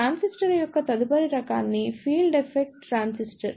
transistor యొక్క తదుపరి రకాన్ని ఫీల్డ్ ఎఫెక్ట్ ట్రాన్సిస్టర్